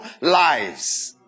lives